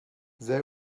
they